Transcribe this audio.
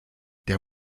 der